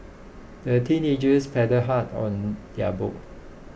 the teenagers paddled hard on their boat